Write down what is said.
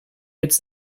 its